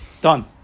Done